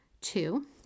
Two